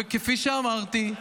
כפי שאמרתי,